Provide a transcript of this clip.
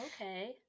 okay